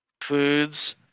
foods